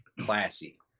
classy